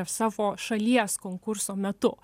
savo šalies konkurso metu